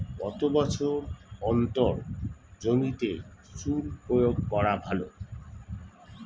কত বছর অন্তর জমিতে চুন প্রয়োগ করা ভালো?